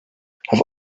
have